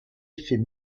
effets